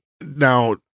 Now